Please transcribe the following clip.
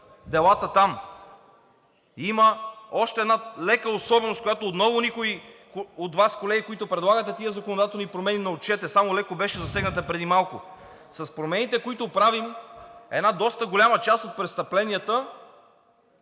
делата там. Има още една лека особеност, която отново никой от Вас, колеги, които предлагате тези законодателни промени, само леко беше засегната преди малко. С промените, които правим, една доста голяма част от престъпленията